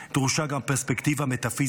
דרושה גם פרספקטיבה מטאפיזית.